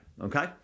okay